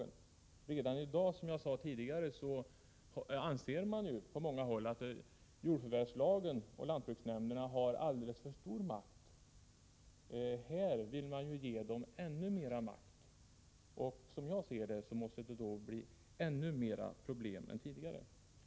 Som jag sade tidigare anser man redan idag = struktur i jordoch på många håll att jordförvärvslagen har alltför stort inflytande och lantbruks — skogsbruk” nämnderna alltför stor makt. Här vill man nu ge dem ännu mera makt. Som jag ser det måste detta innebära att vi får ännu fler problem än vi hade tidigare.